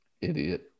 Idiot